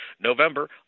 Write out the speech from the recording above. November